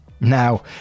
Now